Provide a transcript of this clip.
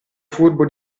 furbo